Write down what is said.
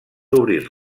obrir